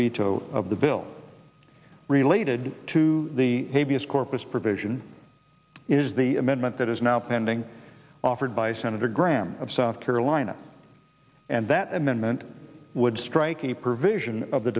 veto of the bill related to the a b s corpus provision is the amendment that is now pending offered by senator graham of south carolina and that amendment would strike a provision of the